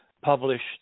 published